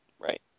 Right